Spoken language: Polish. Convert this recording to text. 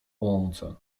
łące